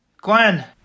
Glenn